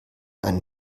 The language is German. einen